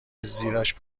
زیرش